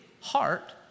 heart